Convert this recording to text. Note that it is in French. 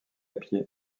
pied